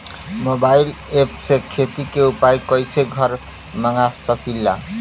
Mobile ऐपसे खेती के उपकरण कइसे घर मगा सकीला?